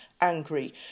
angry